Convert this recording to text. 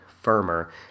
firmer